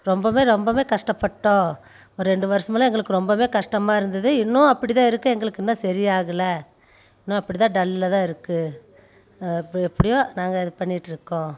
ரொம்பவும் ரொம்பவும் கஷ்டப்பட்டோம் ஒரு ரெண்டு வருஷமெல்லாம் எங்களுக்கு ரொம்பவும் கஷ்டமாக இருந்தது இன்னும் அப்படிதான் இருக்கு எங்களுக்கு இன்னும் சரியாகல இன்னும் அப்படிதான் டல்லாக தான் இருக்கு எப்படியோ நாங்கள் அது பண்ணிட்டுருக்கோம்